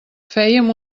fèiem